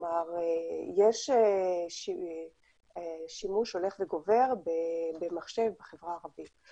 כלומר יש שימוש הולך וגובר במחשב בחברה הערבית.